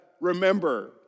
remember